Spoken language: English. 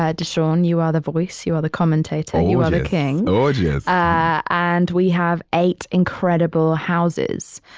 ah dashaun, you are the voice. you are the commentator. you are the king gorgeous ah and we have eight incredible houses.